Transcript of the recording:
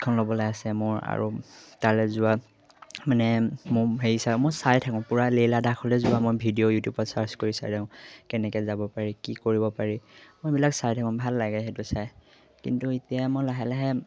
প্ৰশিক্ষণ ল'বলে আছে মোৰ আৰু তালে যোৱা মানে মোৰ হেৰি চাই মই চাই থাকোঁ পুৰা লেহ লাডাখলে যোৱা মই ভিডিঅ' ইউটিউবত চাৰ্চ কৰি চাই থাকো কেনেকে যাব পাৰি কি কৰিব পাৰি মই সেইবিলাক চাই থাকোঁ ভাল লাগে সেইটো চাই কিন্তু এতিয়া মই লাহে লাহে